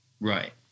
Right